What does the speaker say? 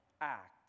act